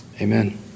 amen